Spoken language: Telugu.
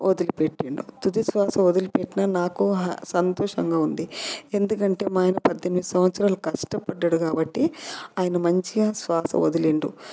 వదిలి పెట్టిండు తుది శ్వాస వదిలిపెట్టిన నాకు సంతోషంగా ఉంది ఎందుకంటే మా ఆయన పద్దెనిమిది సంవత్సరాలు కష్టపడ్డాడు కాబట్టి ఆయన మంచిగా శ్వాస వదిలిండు